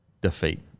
defeat